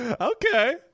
Okay